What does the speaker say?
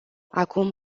acum